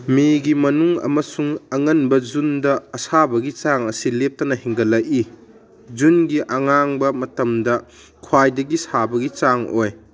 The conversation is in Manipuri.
ꯃꯦꯒꯤ ꯃꯅꯨꯡ ꯑꯃꯁꯨꯡ ꯑꯉꯟꯕ ꯖꯨꯟꯗ ꯑꯁꯥꯕꯒꯤ ꯆꯥꯡ ꯑꯁꯤ ꯂꯦꯞꯇꯅ ꯍꯦꯟꯒꯠꯂꯛꯏ ꯖꯨꯟꯒꯤ ꯑꯉꯥꯡꯕ ꯃꯇꯝꯗ ꯈ꯭ꯋꯥꯏꯗꯒꯤ ꯁꯥꯕꯒꯤ ꯆꯥꯡ ꯑꯣꯏ